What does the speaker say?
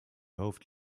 hoofd